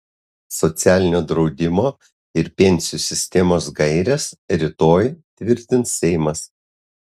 socialinio draudimo ir pensijų sistemos gaires rytoj tvirtins seimas